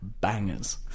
Bangers